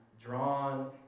drawn